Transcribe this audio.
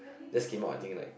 just came out I think like